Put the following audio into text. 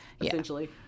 essentially